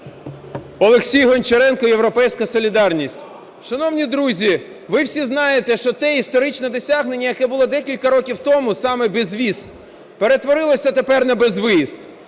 Олексій Гончаренко, "Європейська солідарність". Шановні друзі, ви всі знаєте, що те історичне досягнення, яке було декілька років тому, саме безвіз, перетворилося тепер на безвиїзд.